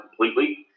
completely